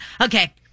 Okay